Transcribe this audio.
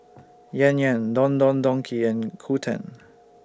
Yan Yan Don Don Donki and Qoo ten